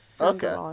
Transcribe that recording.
Okay